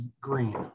green